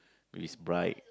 is bright